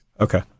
Okay